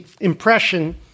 impression